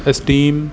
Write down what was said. esteem